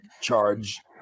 charge